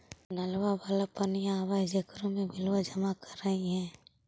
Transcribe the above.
नलवा वाला पनिया आव है जेकरो मे बिलवा जमा करहिऐ?